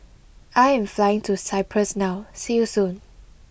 I am flying to Cyprus now see you soon